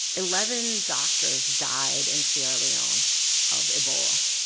eleven doctors died in sierra leone of ebola.